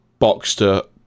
Boxster